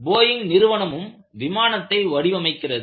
Boeing நிறுவனமும் விமானத்தை வடிவமைக்கிறது